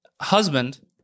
husband